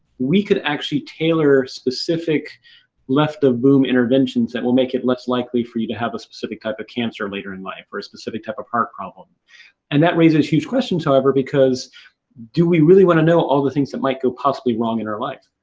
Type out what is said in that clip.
we could actually tailor specific left of boom interventions that will make it less likely for you to have a specific type of cancer later in life or a specific type of heart and that raises huge questions, however, because do we really want to know all the things that might go possibly wrong in our life?